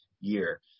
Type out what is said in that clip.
year